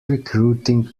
recruiting